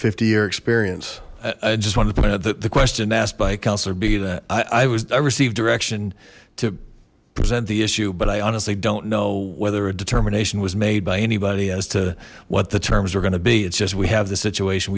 fifty year experience i just wanted to point out that the question asked by councillor be that i was received direction to present the issue but i honestly don't know whether a determination was made by anybody as to what the terms were gonna be it's just we have this situation